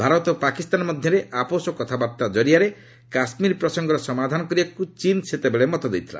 ଭାରତ ଓ ପାକିସ୍ତାନ ମଧ୍ୟରେ ଆପୋଷ କଥାବାର୍ତ୍ତା ଜରିଆରେ କାଶ୍ମୀର ପ୍ରସଙ୍ଗର ସମାଧାନ କରିବାକୁ ଚୀନ୍ ସେତେବେଳେ ମତ ଦେଇଥିଲା